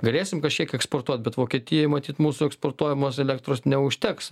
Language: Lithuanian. galėsim kažkiek eksportuot bet vokietijai matyt mūsų eksportuojamos elektros neužteks